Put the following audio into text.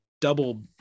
double